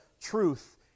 truth